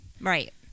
Right